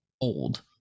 old